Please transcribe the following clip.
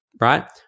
right